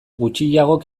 gutxiagok